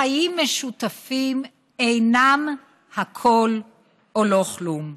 חיים משותפים אינם 'הכול או לא כלום',